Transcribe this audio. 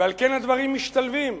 ועל כן הדברים משתלבים.